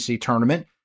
tournament